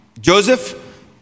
Joseph